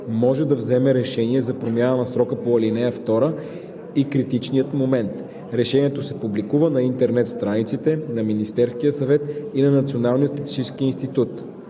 може да вземе решение за промяна на срока по ал. 2 и критичния момент. Решението се публикува на интернет страниците на Министерския съвет и на Националния статистически институт.